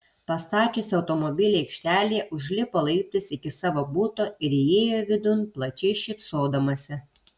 pastačiusi automobilį aikštelėje užlipo laiptais iki savo buto ir įėjo vidun plačiai šypsodamasi